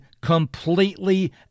completely